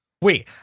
Wait